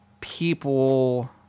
people